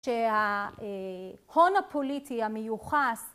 שההון הפוליטי המיוחס